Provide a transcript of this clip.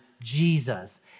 Jesus